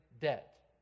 debt